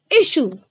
issue